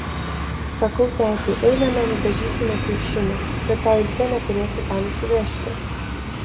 sakau tetei einame nudažysime kiaušinių rytoj ryte neturėsiu ką nusivežti